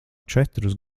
četrus